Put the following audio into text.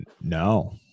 no